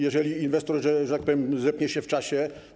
Jeżeli inwestor, że tak powiem, zepnie się w czasie.